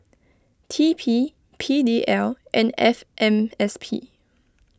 T P P D L and F M S P